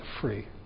free